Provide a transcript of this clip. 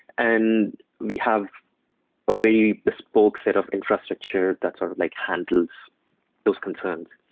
and we have a very bespoke set of infrastructure that's sort of like handles those concerns.